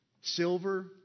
silver